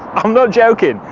i'm not joking.